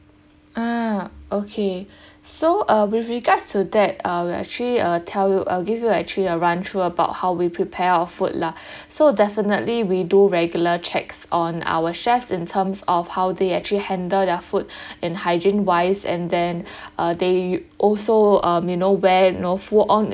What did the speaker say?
ah okay so uh with regards to that uh we'll actually uh tell you I'll give you a actually a run through about how we prepare our food lah so definitely we do regular checks on our chefs in terms of how they actually handle their food in hygiene wise and then uh they also um you know wear you know full on